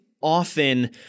often